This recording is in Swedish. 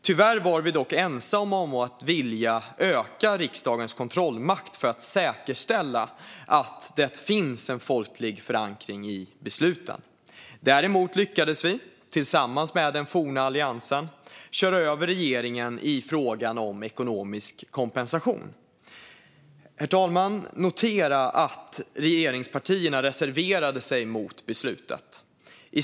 Tyvärr var vi dock ensamma om att vilja öka riksdagens kontrollmakt för att säkerställa att det finns en folklig förankring i besluten. Däremot lyckades vi, tillsammans med den forna Alliansen, köra över regeringen i frågan om ekonomisk kompensation. Notera att regeringspartierna reserverade sig mot det beslutet, herr talman!